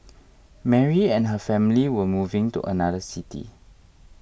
Mary and her family were moving to another city